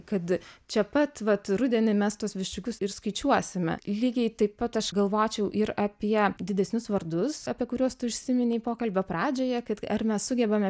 kad čia pat vat rudenį mes tuos viščiukus skaičiuosime lygiai taip pat aš galvočiau ir apie didesnius vardus apie kuriuos tu užsiminei pokalbio pradžioje kai ar mes sugebame